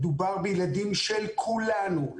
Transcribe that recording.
מדובר בילדים של כולנו,